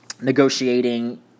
negotiating